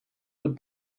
would